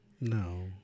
No